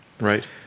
Right